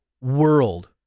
world